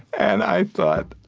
and i thought,